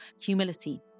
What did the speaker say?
humility